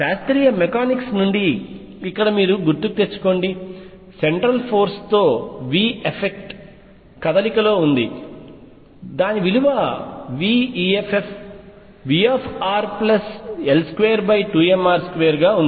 శాస్త్రీయ మెకానిక్స్ నుండి ఇక్కడ మీరు గుర్తుకు తెచ్చుకోండి సెంట్రల్ ఫోర్స్ తో veff కదలికలో ఉంది దాని విలువ Vrl22mr2 ఉంది